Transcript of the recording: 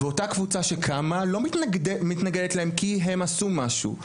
ואותה קבוצה שקמה לא מתנגדת להם כי הם עשו משהו,